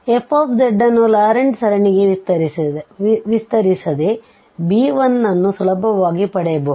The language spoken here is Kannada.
f ಅನ್ನು ಲಾರೆಂಟ್ ಸರಣಿಗೆ ವಿಸ್ತರಿಸದೆ b1 ಅನ್ನು ಸುಲಭವಾಗಿ ಪಡೆಯಬಹುದು